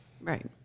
right